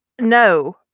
No